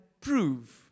prove